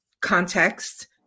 context